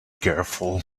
careful